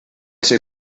ser